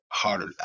harder